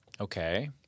Okay